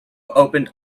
opened